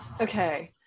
Okay